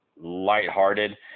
lighthearted